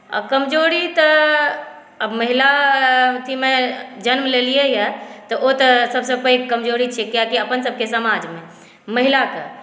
आ कमजोरी तऽ आब महिला अथीमे जन्म लेलियै यऽ तऽ ओ तऽ सभसे पैघ कमजोरी छै कियाकि अपन सभकेँ समाजमे महिलाके